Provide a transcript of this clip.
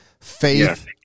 faith